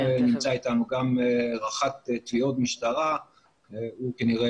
נמצא אתנו גם רח"ט תביעות משטרה והוא כנראה